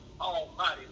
Almighty